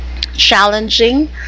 challenging